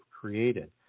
created